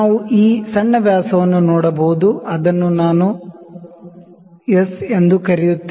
ನಾವು ಈ ಸಣ್ಣ ವ್ಯಾಸವನ್ನು ನೋಡಬಹುದು ಅದನ್ನು ನಾನು s ಎಂದು ಕರೆಯುತ್ತೇನೆ